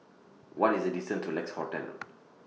What IS The distance to Lex Hotel